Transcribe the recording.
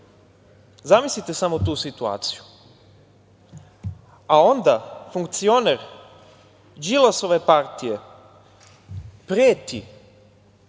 Zamislite samo tu situaciju. Onda funkcioner Đilasove partije preti